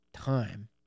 Time